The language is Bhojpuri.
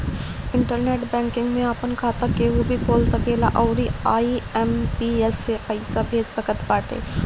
इंटरनेट बैंकिंग में आपन खाता केहू भी खोल सकेला अउरी आई.एम.पी.एस से पईसा भेज सकत बाटे